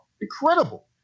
Incredible